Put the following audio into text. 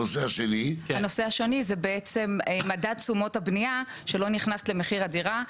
הנושא השני זה מדד תשומות הבנייה שלא נכנס למחיר הדירה.